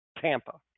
Tampa